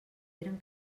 eren